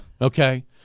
Okay